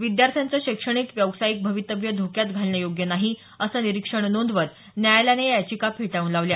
विद्यार्थ्यांचं शैक्षणिक व्यावसायिक भवितव्य धोक्यात घालणं योग्य नाही असं निरीक्षण नोंदवत न्यायालयानं या याचिका फेटाळून लावल्या